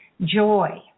joy